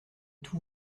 tout